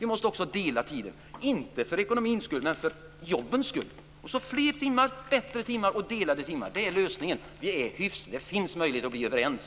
Vi måste också dela på arbetstiden, inte för ekonomins men för jobbens skull. Lösningen är alltså fler arbetstimmar, bättre arbetstimmar och delade arbetstimmar. Det finns möjligheter att bli överens.